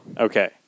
Okay